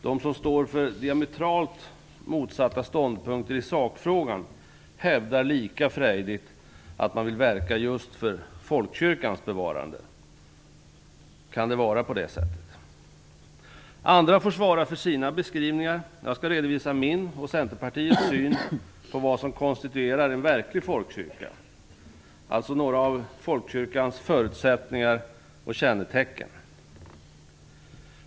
De som står för diametralt motsatta ståndpunkter i sakfrågan hävdar lika frejdigt att man vill verka just för folkkyrkans bevarande. Kan det vara på det sättet? Andra får svara för sina beskrivningar. Jag skall redovisa min och Centerpartiets syn på vad som konstituerar en verklig folkkyrka, alltså några av folkkyrkans förutsättningar och kännetecken.